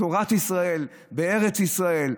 תורת ישראל בארץ ישראל.